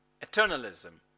Eternalism